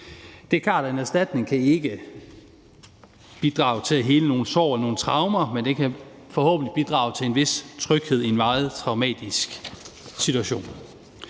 er klart, at en erstatning ikke kan bidrage til at hele nogle sår og nogle traumer, men det kan forhåbentlig bidrage til en vis tryghed i en meget traumatisk situation.